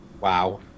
wow